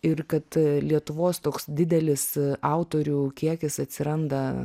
ir kad lietuvos toks didelis autorių kiekis atsiranda